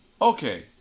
okay